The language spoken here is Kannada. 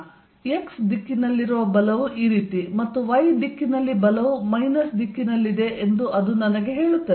X ದಿಕ್ಕಿನಲ್ಲಿರುವ ಬಲವು ಈ ರೀತಿ ಮತ್ತು Y ದಿಕ್ಕಿನಲ್ಲಿ ಬಲವು ಮೈನಸ್ ದಿಕ್ಕಿನಲ್ಲಿದೆ ಎಂದು ಅದು ನನಗೆ ಹೇಳುತ್ತದೆ